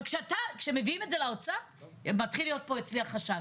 אבל כשמביאים את זה לאוצר מתחיל להיות אצלי חשש,